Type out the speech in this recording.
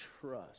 trust